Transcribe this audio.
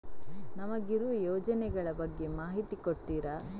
ನಮಗಿರುವ ಯೋಜನೆಗಳ ಬಗ್ಗೆ ಮಾಹಿತಿ ಕೊಡ್ತೀರಾ?